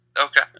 Okay